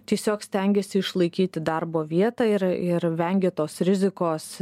tiesiog stengiasi išlaikyti darbo vietą ir ir vengia tos rizikos